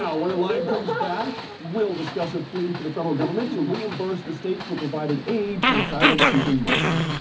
when the line comes back, we'll discuss a plea for the federal government to reimburse the state for providing aid to asylum seeking migrants.